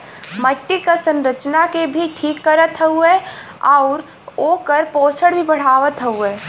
मट्टी क संरचना के भी ठीक करत हउवे आउर ओकर पोषण भी बढ़ावत हउवे